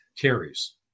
carries